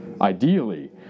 Ideally